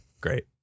Great